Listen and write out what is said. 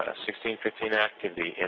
ah sixteen fifteen activity,